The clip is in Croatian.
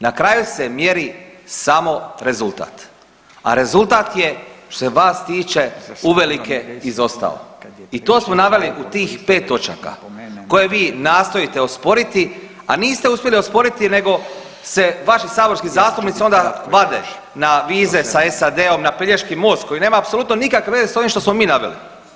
Na kraju se mjeri samo rezultat, a rezultat je, što se vas tiče uvelike izostao i to smo naveli u tih 5 točaka koje vi nastojite osporiti, a niste uspjeli osporiti nego se vaši saborski zastupnici onda vade na vize, sa SAD-om, na Pelješki most koji nema apsolutno nekakve veze s ovim što smo mi naveli.